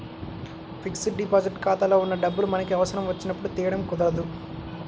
fixed deposit ఖాతాలో ఉన్న డబ్బులు మనకి అవసరం వచ్చినప్పుడు తీయడం కుదరదు